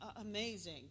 Amazing